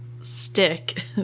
stick